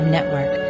Network